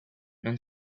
non